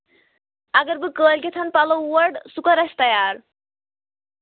اگر بہٕ کٲلکٮ۪تھ پَلو اور سُہ کر آسہِ تیار